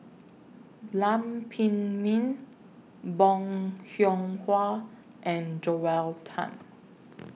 Lam Pin Min Bong Hiong Hwa and Joel Tan